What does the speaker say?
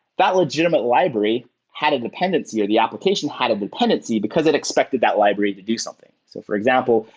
that legitimate library had a dependency or the application had a dependency because it expected that library to do something. so for example,